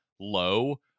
low